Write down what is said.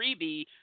freebie